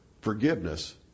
forgiveness